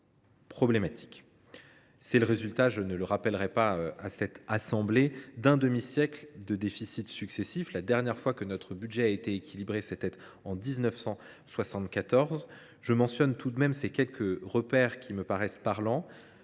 est le résultat – je ne le rappellerai pas à cette assemblée – d’un demi siècle de déficits successifs. La dernière fois que notre budget a été équilibré, c’était en 1974 ! Je tenais à mentionner ces quelques repères qui me paraissent éloquents.